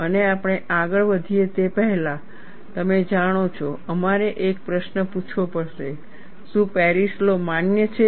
અને આપણે આગળ વધીએ તે પહેલાં તમે જાણો છો અમારે એક પ્રશ્ન પૂછવો પડશે શું પેરિસ લૉ માન્ય છે